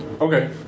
Okay